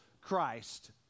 Christ